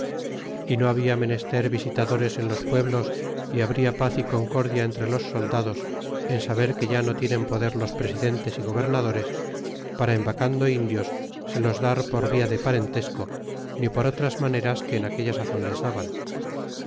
y no habla menester visitadores en los pueblos y habria paz y concordia entre los soldados en saber que ya no tienen poder los presidentes y gobernadores para en vacando indios se los dar por via de parentesco ni por otras maneras que en aquella sazon les daban